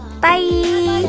Bye